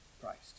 Christ